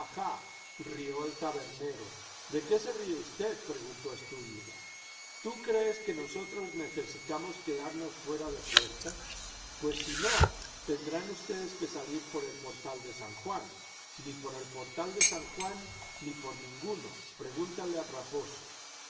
rió el tabernero de qué se ríe usted preguntó estúñiga tú crees que nosotros necesitamos quedarnos fuera de puertas pues si no tendrán ustedes que salir por el portal de san juan ni por el portal de san juan ni por ninguno pregúntale al raposo